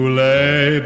lay